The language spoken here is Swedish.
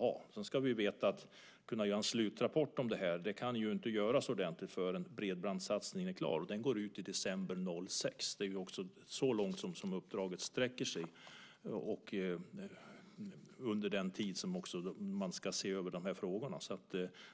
Men vi ska veta att en slutrapport inte kan göras ordentligt förrän bredbandssatsningen är klar, och den går ut i december 2006. Det är så långt som uppdraget sträcker sig och också under den tid man ska se över de här frågorna.